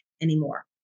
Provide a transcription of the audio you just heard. anymore